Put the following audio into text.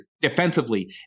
defensively